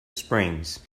springs